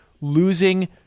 losing